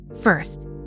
First